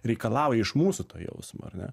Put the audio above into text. reikalauja iš mūsų to jausmo ar ne